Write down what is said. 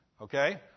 Okay